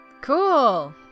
Cool